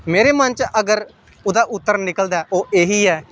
मेरे मन च अगर ओह्दा उत्तर निकलदा ऐ ते ओह् एह् ही ऐ